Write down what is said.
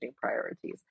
priorities